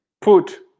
put